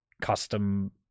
custom